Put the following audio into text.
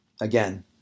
Again